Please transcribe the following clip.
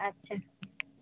আচ্ছা